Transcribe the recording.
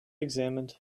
examined